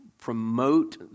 promote